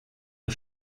der